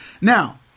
now